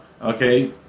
okay